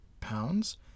pounds